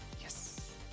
Yes